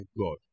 God